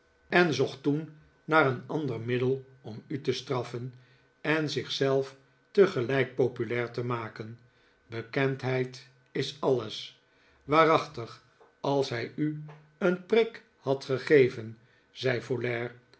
en zocht toen naar een ander cniddel om u te straff en en zich zelf tegelijk populair te maken bekendheid is alles waarachtig als hij u een prik had gegeven zei folair